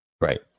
Right